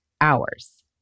hours